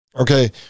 okay